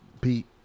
Pete